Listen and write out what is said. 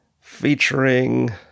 featuring